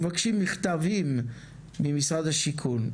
מבקשים מכתבים ממשרד השיכון,